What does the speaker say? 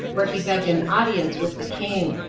where he begged an audience with the king.